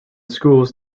schools